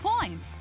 points